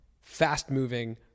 fast-moving